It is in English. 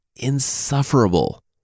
insufferable